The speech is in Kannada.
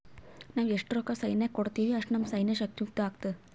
ನಾವ್ ಎಸ್ಟ್ ರೊಕ್ಕಾ ಸೈನ್ಯಕ್ಕ ಕೊಡ್ತೀವಿ, ಅಷ್ಟ ನಮ್ ಸೈನ್ಯ ಶಕ್ತಿಯುತ ಆತ್ತುದ್